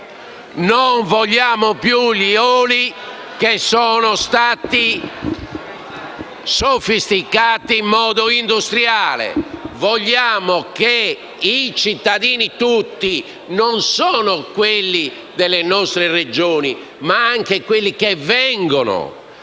non vogliamo più gli oli adulterati in modo industriale. Vogliamo che i cittadini tutti, non solo quelli delle nostre Regioni, ma anche quelli che vengono